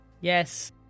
Yes